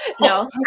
No